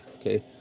Okay